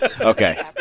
Okay